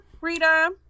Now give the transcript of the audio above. Rita